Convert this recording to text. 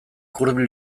hurbil